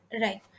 Right